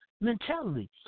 Mentality